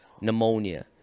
Pneumonia